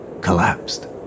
collapsed